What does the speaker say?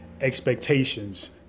expectations